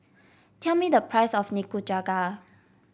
tell me the price of Nikujaga